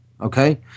okay